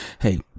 Hey